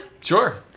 Sure